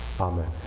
Amen